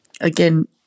again